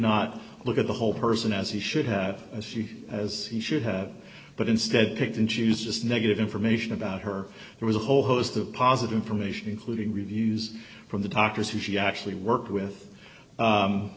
not look at the whole person as he should have as you as he should have but instead pick and choose just negative information about her there was a whole host of positive information including reviews from the doctors who she actually worked with